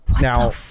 Now